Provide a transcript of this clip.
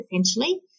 essentially